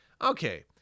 okay